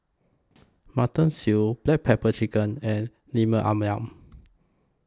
Mutton Stew Black Pepper Chicken and Lemper Ayam